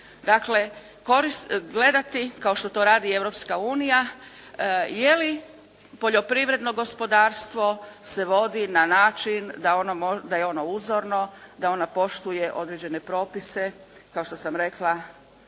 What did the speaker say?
Dakle gledati kao što to radi i Europska unija je li poljoprivredno gospodarstvo se vodi na način da je ono uzorno, da ono poštuje određene propise kao što sam rekla